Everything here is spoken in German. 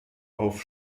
auf